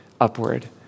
upward